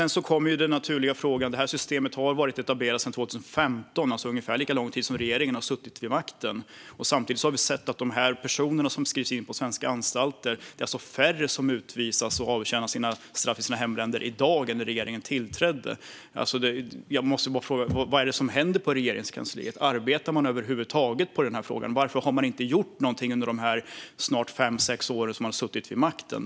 Detta system har varit etablerat sedan 2015, alltså ungefär lika lång tid som regeringen har suttit vid makten. Samtidigt har vi sett att av de personer som skrivs in på svenska anstalter är det i dag färre som utvisas och avtjänar sina straff i sina hemländer än när regeringen tillträdde. Då är den naturliga frågan: Vad är det som händer på Regeringskansliet? Arbetar man över huvud taget med denna fråga? Varför har man inte gjort någonting under de fem sex år som man har suttit vid makten?